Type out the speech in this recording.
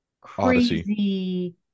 Crazy